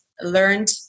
learned